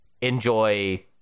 enjoy